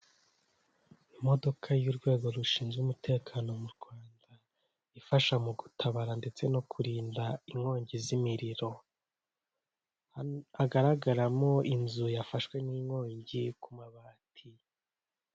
Imodoka y'urwego rushinzwe umutekano mu Rwanda, ifasha mu gutabara ndetse no kurinda inkongi z'imiriro, hagaragaramo inzu yafashwe n'inkongi ku mabati.